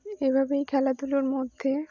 এভাবেই খেলাধুলোর মধ্যে